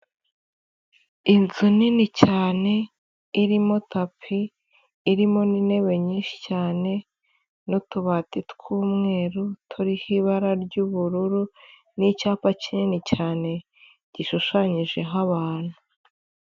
Inzu nini cyane irimo tapi, irimo n'intebe nyinshi cyane n'tubati tw'umweru turiho ibara ry'ubururu n'icyapa kinini cyane gishushanyijeho abantu.